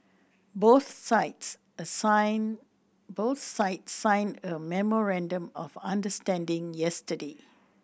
both sides assign both sides signed a memorandum of understanding yesterday